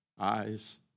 Eyes